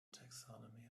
taxonomy